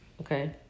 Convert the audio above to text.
okay